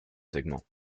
segment